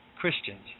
Christians